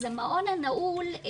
אז המעון הנעול,